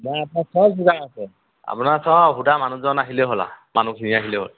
নাই আপোনাৰ চব যোগাৰ আছে আপোনাৰ চব সুধা মানুহজন আহিলেই হ'ল আৰু মানুহখিনি আহিলেই হ'ল